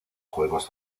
juegos